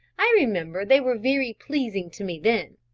i remember they were very pleasing to me then,